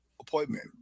appointment